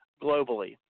globally